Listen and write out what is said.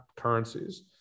currencies